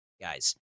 guys